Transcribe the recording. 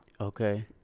Okay